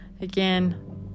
Again